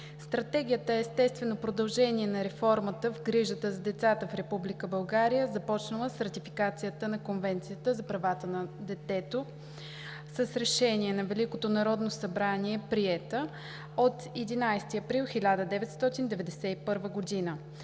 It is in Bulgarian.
Стратегията е естествено продължение на реформата в грижата за децата в Република България, започнала с ратификацията на Конвенцията за правата на детето, приета с Решение на Великото Народно събрание от 11 април 1991 г.,